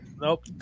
nope